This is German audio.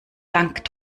dank